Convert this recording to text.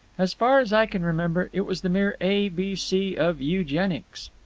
as far as i can remember it was the mere a b c of eugenics.